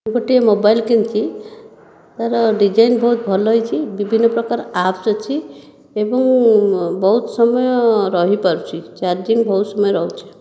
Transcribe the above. ଗୋଟିଏ ମୋବାଇଲ କିଣିଛି ତାର ଡିଜାଇନ ବହୁତ ଭଲ ହୋଇଛି ବିଭିନ୍ନ ପ୍ରକାର ଆପସ୍ ଅଛି ଏବଂ ବହୁତ ସମୟ ରହିପାରୁଛି ଚାର୍ଜିଂ ବହୁତ ସମୟ ରହୁଛି